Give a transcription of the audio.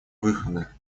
выхода